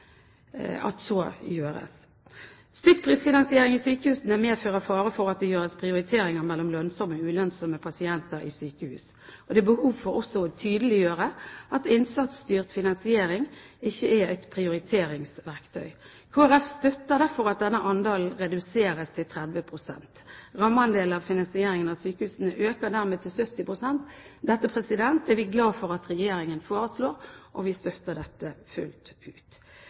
at så gjøres. Stykkprisfinansiering i sykehusene medfører fare for at det gjøres prioriteringer mellom lønnsomme og ulønnsomme pasienter i sykehusene. Det er behov for også å tydeliggjøre at innsatsstyrt finansiering ikke er et prioriteringsverktøy. Kristelig Folkeparti støtter derfor at denne andelen reduseres til 30 pst. Rammeandelen av finansieringen av sykehusene øker dermed til 70 pst. Dette er vi glad for at Regjeringen foreslår, og vi støtter det fullt ut.